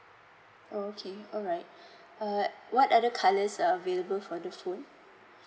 oh okay alright uh what are the colours are available for the phone